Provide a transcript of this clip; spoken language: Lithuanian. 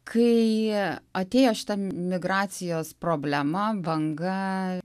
kai jie atėjo šita migracijos problema banga